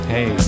Hey